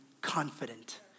confident